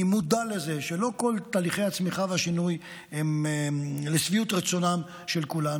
אני מודע לזה שלא כל תהליכי הצמיחה והשינוי הם לשביעות הרצון של כולנו.